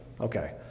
Okay